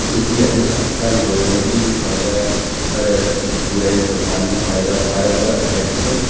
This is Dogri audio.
इसी असेंगी साढ़ी गौरमेंट गी बी फायदा ऐ साढ़े पूरे हिंदोस्तान गी फायदा ऐ सारें कोला इंटस्टिंग